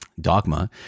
dogma